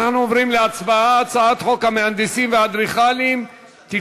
אנחנו עוברים להצבעה על הצעת חוק המהנדסים והאדריכלים (תיקון,